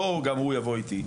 גם הוא יבוא איתי,